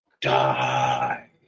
Die